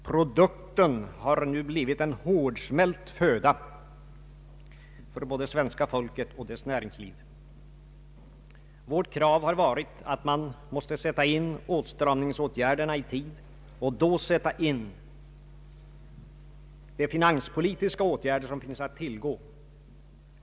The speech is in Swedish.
Produkten har nu blivit en hårdsmält föda för både svenska folket och dess näringsliv. Vårt krav har varit att man måste sätta in åtstramningsåtgärderna i tid och då sätta in de finanspolitiska åtgärder som finns att tillgå.